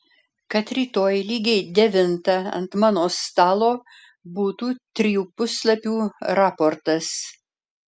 kad rytoj lygiai devintą ant mano stalo būtų trijų puslapių raportas